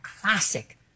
classic